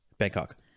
Bangkok